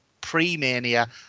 pre-mania